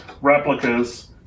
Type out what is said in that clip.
replicas